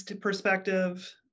perspective